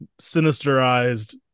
sinisterized